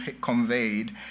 conveyed